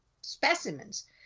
specimens